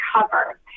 cover